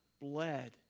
bled